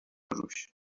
روش